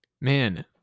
Man